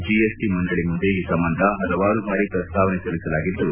GST ಮಂಡಳಿ ಮುಂದೆ ಈ ಸಂಬಂಧ ಹಲವಾರು ಬಾರಿ ಪ್ರಸ್ತಾವನೆ ಸಲ್ಲಿಸಲಾಗಿದ್ದು